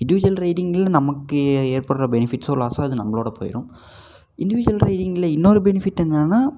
individual ரைடிங்கில் நமக்கு ஏற்படுகிற பெனிஃபிட்ஸ்ஸோ லாஸோ அது நம்மளோட போயிடும் இண்டிவிஜுவல் ரைடிங்கில் இன்னொரு பெனிஃபிட் என்னென்னா